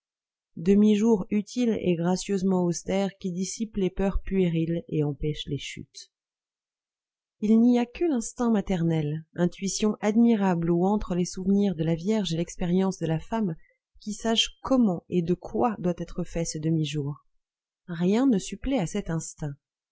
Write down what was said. demi-jour utile et gracieusement austère qui dissipe les peurs puériles et empêche les chutes il n'y a que l'instinct maternel intuition admirable où entrent les souvenirs de la vierge et l'expérience de la femme qui sache comment et de quoi doit être fait ce demi-jour rien ne supplée à cet instinct